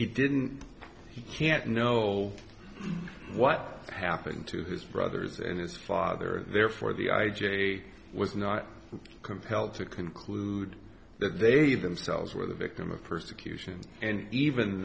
he didn't he can't know what happened to his brothers and his father therefore the i j a was not compelled to conclude that their you themselves were the victim of persecution and even